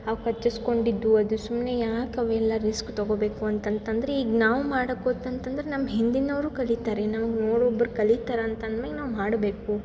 ಅವು ಕಚ್ಚಿಸ್ಕೊಂಡಿದ್ದು ಅದು ಸುಮ್ಮನೆ ಯಾಕೆ ಅವೆಲ್ಲ ರಿಸ್ಕ್ ತೊಗೋಬೇಕು ಅಂತಂತಂದ್ರೆ ಈಗ ನಾವು ಮಾಡೋಕೆ ಹೊತಂತಂದ್ರೆ ನಮ್ಮ ಹಿಂದಿನವರು ಕಲೀತಾರೆ ಇನ್ನೊಬ್ಬರು ಕಲೀತಾರೆ ಅಂತ ಅಂದ್ಮೇಲೆ ನಾವು ಮಾಡಬೇಕು